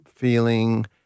feeling